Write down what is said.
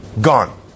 gone